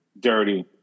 dirty